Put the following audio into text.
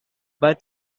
bud